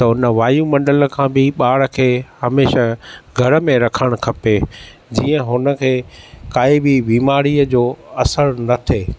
त हुन वायुमडंल खां बि ॿार खे हमेशह घर में रखणु खपे जीअं हुनखे काई बि बीमारिय जो असरु न थिए